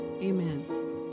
amen